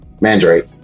Mandrake